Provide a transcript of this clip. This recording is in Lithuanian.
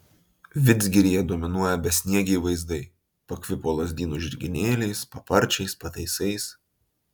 vidzgiryje dominuoja besniegiai vaizdai pakvipo lazdynų žirginėliais paparčiais pataisais